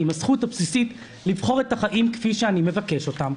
הזכות הבסיסית לבחור את החיים כפי שאני מבקש אותם.